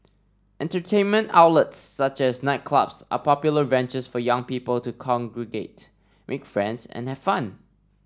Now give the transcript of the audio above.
entertainment outlets such as nightclubs are popular venues for young people to congregate make friends and have fun